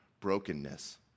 brokenness